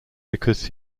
because